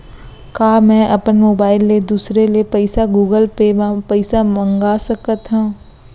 का मैं अपन मोबाइल ले दूसर ले पइसा गूगल पे म पइसा मंगा सकथव?